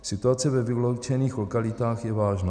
Situace ve vyloučených lokalitách je vážná.